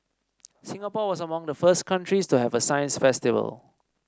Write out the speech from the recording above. Singapore was among the first countries to have a science festival